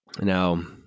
Now